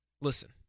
listen